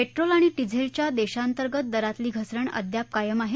petrol आणि डिझेलच्या देशांतर्गत दरातली घसरण अद्याप कायम आहे